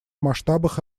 масштабах